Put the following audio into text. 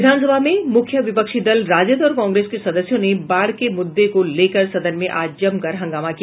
विधानसभा में मुख्य विपक्षी दल राजद और कांग्रेस के सदस्यों ने बाढ़ के मुद्दे को लेकर सदन में आज जमकर हंगामा किया